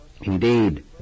Indeed